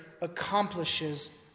accomplishes